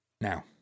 Now